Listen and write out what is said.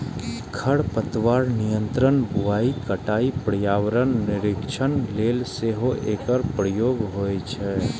खरपतवार नियंत्रण, बुआइ, कटाइ, पर्यावरण निरीक्षण लेल सेहो एकर प्रयोग होइ छै